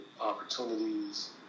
opportunities